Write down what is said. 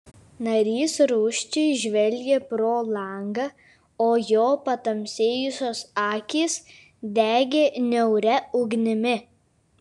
narys rūsčiai žvelgė pro langą o jo patamsėjusios akys degė niauria ugnimi